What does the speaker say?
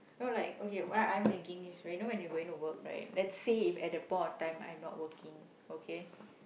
no like okay what I'm thinking is when you know you're going to work right let's say at that point of time I'm not working okay